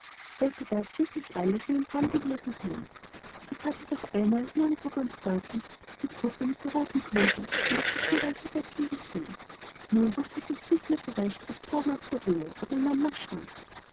sollte das wirklich alles nur ein traum gewesen sein es hatte doch einmal irgendwo ganz deutlich die puppe mit der roten bluse und auch das schneeweiße bettchen gesehen nur wußte es jetzt nicht mehr recht ob droben auf der höhe oder in mamas schrank